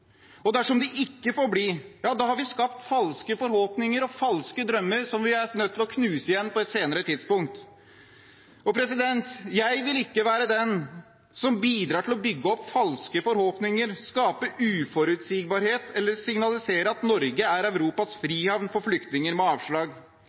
Dersom de ikke får bli, har vi skapt falske forhåpninger og falske drømmer som vi er nødt til å knuse igjen på et senere tidspunkt. Jeg vil ikke være den som bidrar til å bygge opp falske forhåpninger, skape uforutsigbarhet eller signalisere at Norge er Europas